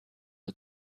are